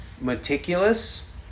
meticulous